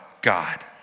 God